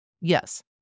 Yes